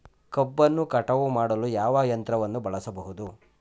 ಕಬ್ಬನ್ನು ಕಟಾವು ಮಾಡಲು ಯಾವ ಯಂತ್ರವನ್ನು ಬಳಸಬಹುದು?